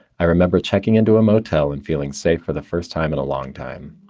i remember checking into a motel and feeling safe for the first time in a long time.